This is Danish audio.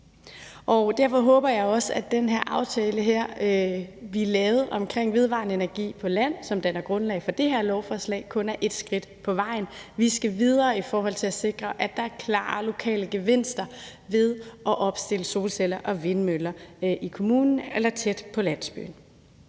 derfor håber jeg også, at den aftale, vi lavede omkring vedvarende energi på land, og som danner grundlag for det her lovforslag, kun er ét skridt på vejen. Vi skal videre i forhold til at sikre, at der er klare lokale gevinster ved at opstille solceller og vindmøller i kommunen eller tæt på landsbyen.